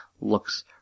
looks